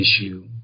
issue